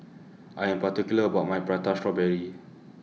I Am particular about My Prata Strawberry